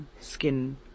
skin